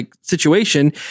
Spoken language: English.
situation